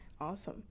Awesome